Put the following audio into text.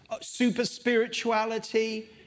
super-spirituality